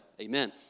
amen